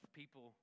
people